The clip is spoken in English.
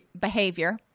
behavior